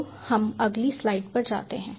तो हम अगली स्लाइड पर जाते हैं